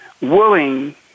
willing